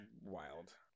wild